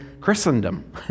Christendom